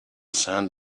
sand